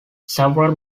several